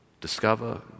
Discover